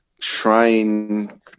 trying